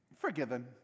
forgiven